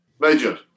Major